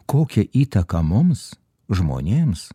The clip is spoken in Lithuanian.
kokią įtaką mums žmonėms